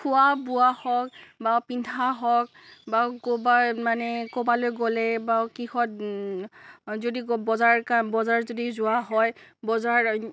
খোৱা বোৱা হওক বা পিন্ধা হওক বা ক'ৰবাত মানে ক'ৰবালৈ গ'লে বা কিহত যদি বজাৰ বজাৰ যদি যোৱা হয় বজাৰ